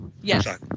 Yes